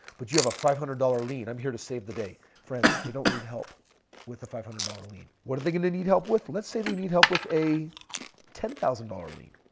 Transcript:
but you have a five hundred dollar lien. i'm here to save the day. friends, they don't need help with a five hundred dollar lien. what are they going to need help with? let's say they need help with a ten thousand lien.